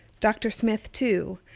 dr. smith, too,